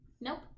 Nope